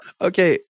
Okay